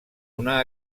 una